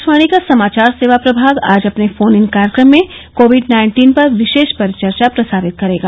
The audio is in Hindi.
आकाशवाणी का समाचार सेवा प्रभाग आज अपने फोन इन कार्यक्रम में कोविड नाइन्टीन पर विशेष परिचर्चा प्रसारित करेगा